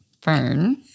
Fern